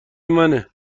منه